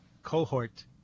cohort